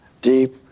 deep